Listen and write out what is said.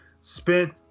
spent